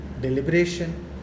deliberation